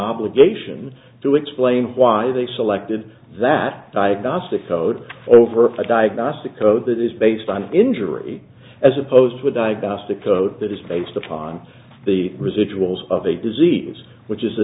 obligation to explain why they selected that diagnostic code over a diagnostic code that is based on injury as opposed to a diagnostic code that is based upon the residuals of a disease which is a